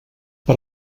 per